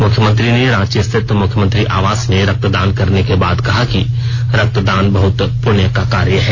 मुख्यमंत्री ने रांची स्थित मुख्यमंत्री आवास में रक्तदान करने के बाद कहा कि रक्तदान बहुत पुण्य का कार्य है